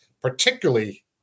particularly